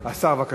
השר, בבקשה.